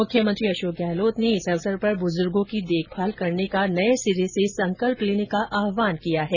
मुख्यमंत्री अर्शाक गहलोत ने इस अवसर पर बुज़र्गों की देखभाल करने का नये सिरे से संकल्प लेने का आहबान किया है